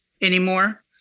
anymore